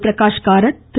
Prakash Karat Thiru